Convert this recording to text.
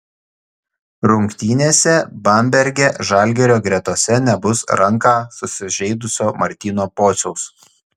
rungtynėse bamberge žalgirio gretose nebus ranką susižeidusio martyno pociaus